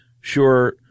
Sure